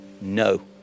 No